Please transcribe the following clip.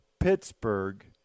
pittsburgh